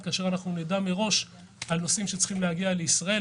כאשר אנחנו נדע מראש על נוסעים שצריכים להגיע לישראל,